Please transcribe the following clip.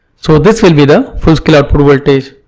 so, this will be the full-scale output voltage.